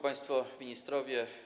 Państwo Ministrowie!